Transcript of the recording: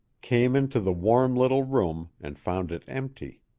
came into the warm little room and found it empty.